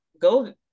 go